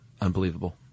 Unbelievable